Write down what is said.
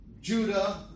Judah